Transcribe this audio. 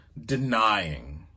denying